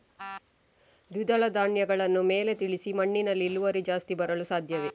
ದ್ವಿದಳ ಧ್ಯಾನಗಳನ್ನು ಮೇಲೆ ತಿಳಿಸಿ ಮಣ್ಣಿನಲ್ಲಿ ಇಳುವರಿ ಜಾಸ್ತಿ ಬರಲು ಸಾಧ್ಯವೇ?